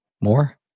More